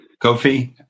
Kofi